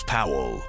Powell